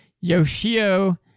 Yoshio